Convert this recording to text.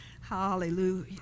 hallelujah